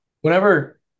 whenever